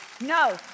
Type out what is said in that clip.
no